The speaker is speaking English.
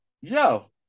yo